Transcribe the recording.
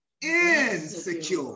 insecure